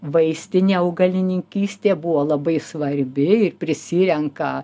vaistinė augalininkystė buvo labai svarbi ir prisirenka